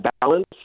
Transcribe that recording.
balance